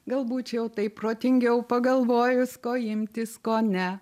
gal būčiau taip protingiau pagalvojus ko imtis ko ne